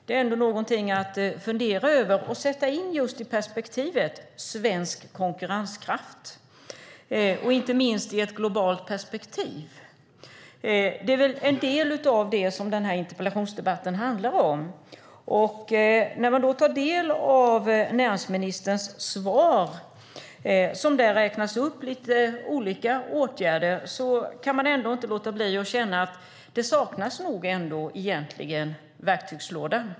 Det är någonting att fundera över och sätta in i perspektivet svensk konkurrenskraft, inte minst i ett globalt perspektiv. Detta är en del av det som den här interpellationsdebatten handlar om, och när man då tar del av näringsministerns svar där det räknas upp lite olika åtgärder kan man inte låta bli att känna att det nog ändå saknas verktygslåda.